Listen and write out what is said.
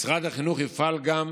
משרד החינוך יפעל גם